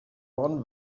won